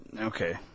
okay